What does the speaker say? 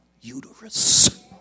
uterus